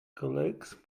colleagues